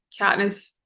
Katniss